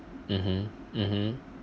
mmhmm mmhmm